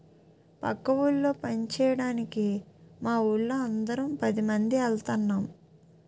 పక్క ఊళ్ళో పంచేయడానికి మావోళ్ళు అందరం పదిమంది ఎల్తన్నం